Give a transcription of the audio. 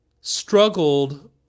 struggled